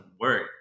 work